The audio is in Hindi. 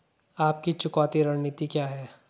आपकी चुकौती रणनीति क्या है?